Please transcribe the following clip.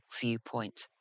viewpoint